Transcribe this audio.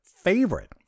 favorite